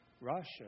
Russia